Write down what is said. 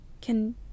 Can-